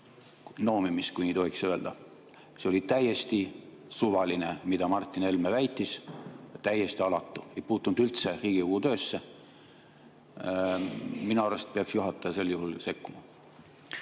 noomimist, kui nii tohiks öelda. See oli täiesti suvaline, mida Martin Helme väitis, täiesti alatu ega puutunud üldse Riigikogu töösse. Minu arust peaks juhataja sel juhul sekkuma.